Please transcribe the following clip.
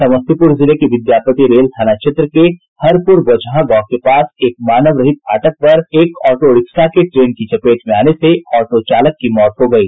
समस्तीपुर जिले के विद्यापति रेल थाना क्षेत्र के हरपुर बोचहां गांव के पास मानव रहित फाटक पर एक ऑटो रिक्शा के ट्रेन की चपेट में आने से ऑटो चालक की मौत हो गयी